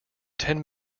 ten